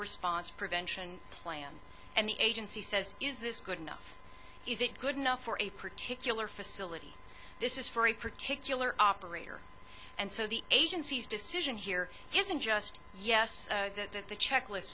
response prevention plan and the agency says is this good enough is it good enough for a particular facility this is for a particular operator and so the agency's decision here isn't just yes that the checklist